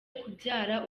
kubyara